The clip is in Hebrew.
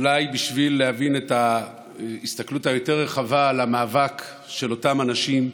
אולי בשביל להבין את ההסתכלות היותר-רחבה על המאבק של אותם אנשים,